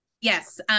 Yes